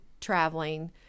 traveling